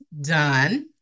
done